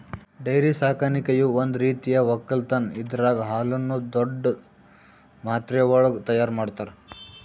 dairy ಸಾಕಾಣಿಕೆಯು ಒಂದ್ ರೀತಿಯ ಒಕ್ಕಲತನ್ ಇದರಾಗ್ ಹಾಲುನ್ನು ದೊಡ್ಡ್ ಮಾತ್ರೆವಳಗ್ ತೈಯಾರ್ ಮಾಡ್ತರ